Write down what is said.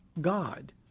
God